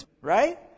right